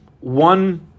one